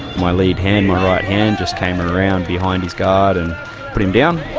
my lead hand, my right hand just came around behind his guard and put him down.